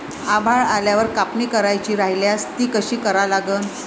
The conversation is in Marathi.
आभाळ आल्यावर कापनी करायची राह्यल्यास ती कशी करा लागन?